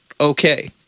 okay